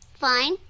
Fine